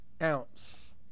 ounce